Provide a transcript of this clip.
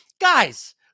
Guys